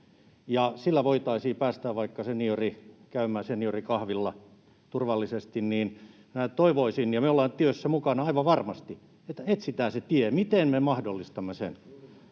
sillä voitaisiin päästää vaikka seniori käymään seniorikahvilla turvallisesti, niin minä toivoisin — ja me ollaan tietysti tässä mukana aivan varmasti — että etsitään se tie, miten me mahdollistamme sen.